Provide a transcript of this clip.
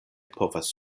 povas